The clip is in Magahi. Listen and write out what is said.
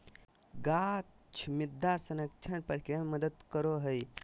गाछ मृदा संरक्षण प्रक्रिया मे मदद करो हय